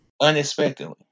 Unexpectedly